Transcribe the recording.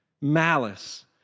Malice